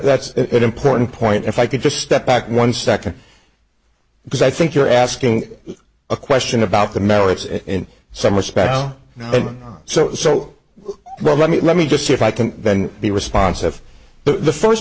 that's it important point if i could just step back one second because i think you're asking a question about the merits in some respects then so so but let me let me just see if i can then the response of the first